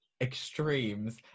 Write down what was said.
Extremes